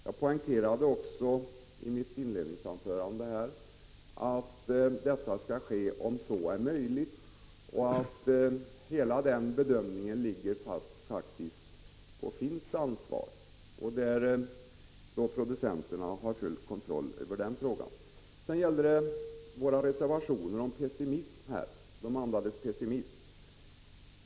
Jag poängterade också i mitt inledningsanförande att textningen skall ske om så är möjligt och att den bedömningen faktiskt görs på finskt ansvar. Producen Prot. 1985/86:53 = terna har alltså full kontroll över den frågan. 17 december 1985 =: Sedan gäller det våra reservationer, som Catarina Rönnung anser andas Do Loos bs pessimism.